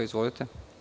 Izvolite.